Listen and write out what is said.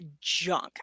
junk